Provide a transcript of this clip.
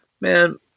man